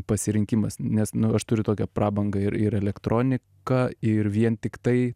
pasirinkimas nes nu aš turiu tokią prabangą ir ir elektroniką ir vien tiktai